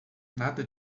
nada